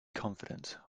confident